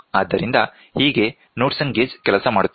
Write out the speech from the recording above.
ಆದ್ದರಿಂದ ಹೀಗೆ Knudsen gauge ಕೆಲಸ ಮಾಡುತ್ತದೆ